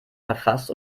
verfasst